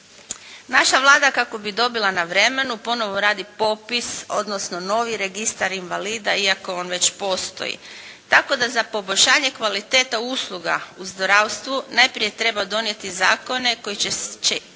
Naša Vlada kako bi dobila na vremenu ponovno radi popis, odnosno novi registar invalida iako on već postoji. Tako da za poboljšanje kvaliteta usluga u zdravstvu najprije treba donijeti zakone koji će onda